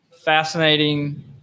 fascinating